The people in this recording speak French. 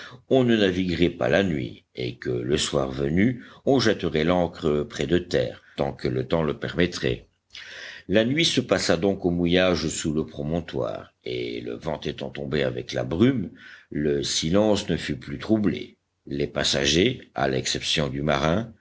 on ne naviguerait pas la nuit et que le soir venu on jetterait l'ancre près de terre tant que le temps le permettrait la nuit se passa donc au mouillage sous le promontoire et le vent étant tombé avec la brume le silence ne fut plus troublé les passagers à l'exception du marin